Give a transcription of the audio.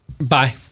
Bye